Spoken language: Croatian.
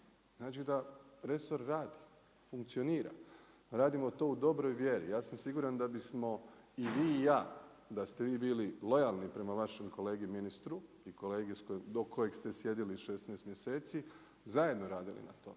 Znači da resor radi, funkcionira. Radimo to u dobroj vjeri. Ja sam siguran da bismo i vi i ja da ste vi bili lojalni prema vašem kolegi ministru i kolegi do kojeg ste sjedili 16 mjeseci zajedno radili na tome